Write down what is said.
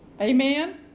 Amen